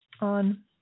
on